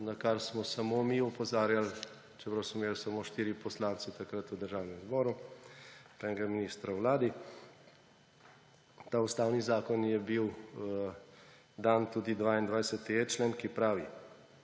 na kar smo samo mi opozarjali, čeprav smo imeli samo štiri poslance takrat v Državnem zboru in enega ministra v vladi. V ta ustavni zakon je bil dan tudi 22.e člen, ki pravi: